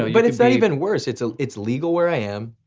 but it's not even worse. it's ah it's legal where i am,